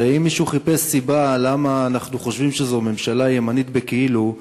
הרי אם מישהו חיפש סיבה למה אנחנו חושבים שזו ממשלה ימנית בכאילו,